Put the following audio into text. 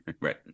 Right